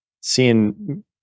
seeing